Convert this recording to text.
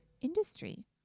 industry